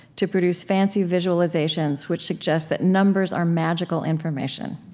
to produce fancy visualizations which suggest that numbers are magical information.